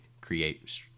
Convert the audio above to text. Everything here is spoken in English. create